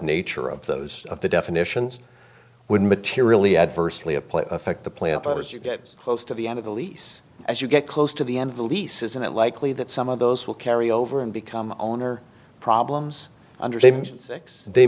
nature of those of the definitions would materially adversely a place affect the plant i was you get close to the end of the lease as you get close to the end of the lease isn't it likely that some of those will carry over and become owner problems